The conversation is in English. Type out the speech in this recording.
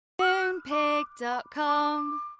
Moonpig.com